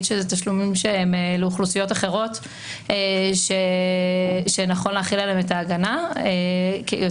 שאלה תשלומים לאוכלוסיות אחרות שנכון להחיל עליהם את ההגנה כדי